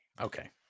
Okay